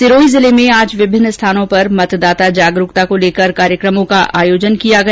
सिरोही जिले में आज विभिन्न स्थानों पर मतदाता जागरूकता को लेकर कार्यक्रमों का आयोजन किया गया